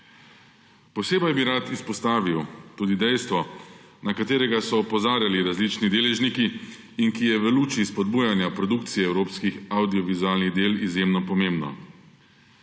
Posebej bi rad izpostavil tudi dejstvo, na katerega so opozarjali različni deležniki in ki je v luči spodbujanja evropskih avdiovizualnih del izjemno pomembno.